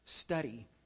study